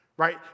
Right